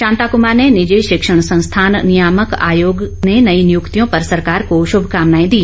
शांता कुमार ने निजी शिक्षण संस्थान नियामक आयोग ने नई नियुक्तियों पर सरकार को शुभकामनाएं भी दी